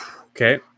Okay